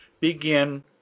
begin